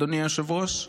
אדוני היושב-ראש?